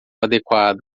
adequado